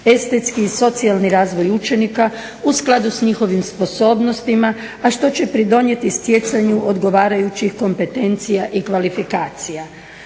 estetski i socijalni razvoj učenika u skladu s njihovim sposobnostima, a što će pridonijeti stjecanju odgovarajućih kompetencija i kvalifikacija.